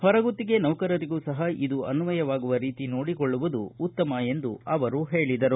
ಹೊರಗುತ್ತಿಗೆ ನೌಕರರಿಗೂ ಸಹ ಇದು ಅನ್ವಯವಾಗುವ ರೀತಿ ನೋಡಿಕೊಳ್ಳುವುದು ಉತ್ತಮ ಎಂದು ಅವರು ಹೇಳಿದರು